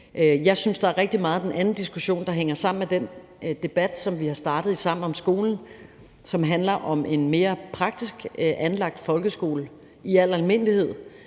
Jeg synes, der er rigtig meget af den anden diskussion, der hænger sammen med den debat om skolen, som vi har startet sammen, og som handler om en mere praktisk anlagt folkeskole i al almindelighed,